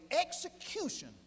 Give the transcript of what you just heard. execution